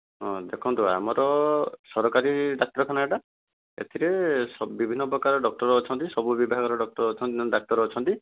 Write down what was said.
ହଁ ଦେଖନ୍ତୁ ଆମର ସରକାରୀ ଡାକ୍ତର ଖାନାଟା ଏଥିରେ ବିଭିନ୍ନ ପ୍ରକାର ଡକ୍ଟର ଅଛନ୍ତି ସବୁ ବିଭାଗର ଡକ୍ଟର ଡାକ୍ତର ଅଛନ୍ତି